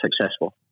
successful